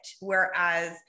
Whereas